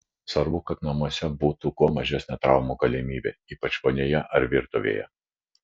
svarbu kad namuose būtų kuo mažesnė traumų galimybė ypač vonioje ar virtuvėje